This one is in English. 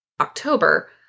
October